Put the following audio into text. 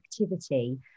activity